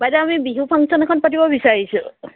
বাইদেউ আমি বিহু ফাংচন এখন পাতিব বিচাৰিছোঁ